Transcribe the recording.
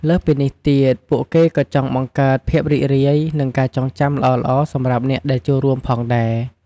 លើសពីនេះទៀត ពួកគេក៏ចង់បង្កើតភាពរីករាយ និងការចងចាំល្អៗសម្រាប់អ្នកដែលចូលរួមផងដែរ។